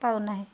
ପାଉନାହିଁ